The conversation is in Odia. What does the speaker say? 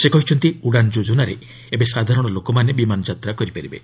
ସେ କହିଛନ୍ତି 'ଉଡ଼ାନ୍' ଯୋଜନାରେ ଏବେ ସାଧାରଣ ଲୋକମାନେ ବିମାନ ଯାତ୍ରା କରିପାରିବେ